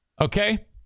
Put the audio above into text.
okay